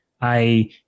I-